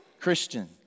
Christian